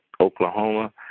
Oklahoma